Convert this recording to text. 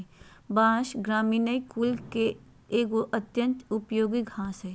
बाँस, ग्रामिनीई कुल के एगो अत्यंत उपयोगी घास हइ